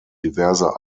diverser